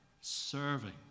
serving